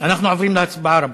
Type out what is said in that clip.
אנחנו עוברים להצבעה, רבותי.